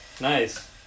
Nice